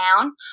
down